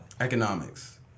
economics